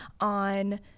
on